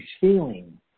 feeling